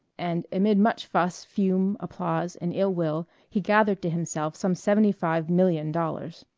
and amid much fuss, fume, applause, and ill will he gathered to himself some seventy-five million dollars.